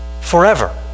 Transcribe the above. forever